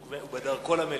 הוא בדרכו למליאה.